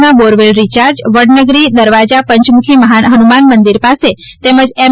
માં borewell recharge વડનગરી દરવાજા પંચમુખી હનુમાન મંદિર પાસે તેમજ એમ